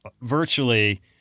virtually